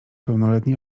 pełnoletni